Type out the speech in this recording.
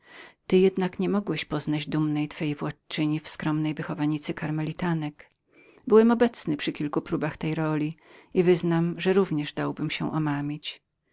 ty jednak ani mogłeś poznać dumnej twojej władczyni w skromnej wychowanicy karmelitek byłem obecnym przy kilku powtarzaniach tej roli i wyznam że równie byłbym dał się omamić